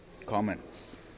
Comments